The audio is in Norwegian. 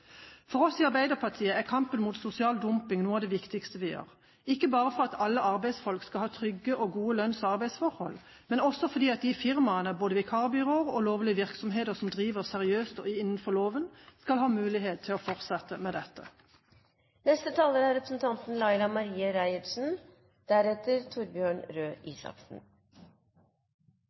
For oss i Arbeiderpartiet er kampen mot sosial dumping noe av det viktigste vi gjør, ikke bare for at alle arbeidsfolk skal ha trygge og gode lønns- og arbeidsforhold, men også fordi de firmaene, både vikarbyråer og lovlige virksomheter, som driver seriøst og innenfor loven, skal ha muligheten til å fortsette med